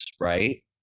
right